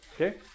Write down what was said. okay